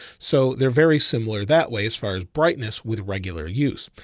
so they're very similar that way. as far as brightness with regular use,